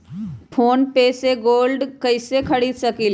Phone पे से gold कईसे खरीद सकीले?